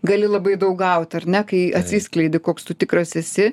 gali labai daug gaut ar ne kai atsiskleidi koks tu tikras esi